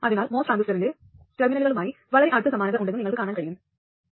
അതിനാൽ MOS ട്രാൻസിസ്റ്ററിന്റെ ടെർമിനലുകളുമായി വളരെ അടുത്ത സമാനത ഉണ്ടെന്ന് നിങ്ങൾക്ക് കാണാൻ കഴിയും